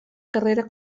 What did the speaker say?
carrera